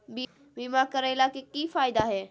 बीमा करैला के की फायदा है?